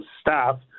staff